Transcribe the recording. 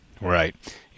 Right